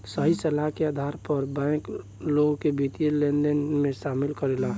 सही सलाह के आधार पर बैंक, लोग के वित्तीय लेनदेन में शामिल करेला